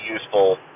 useful